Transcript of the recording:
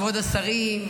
כבוד השרים,